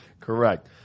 Correct